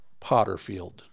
potterfield